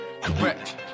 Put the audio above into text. Correct